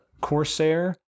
corsair